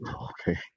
okay